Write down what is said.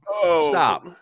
Stop